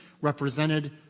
represented